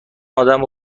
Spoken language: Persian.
آدم